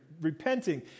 repenting